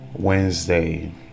Wednesday